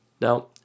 now